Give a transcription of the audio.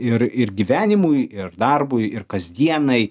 ir ir gyvenimui ir darbui ir kasdienai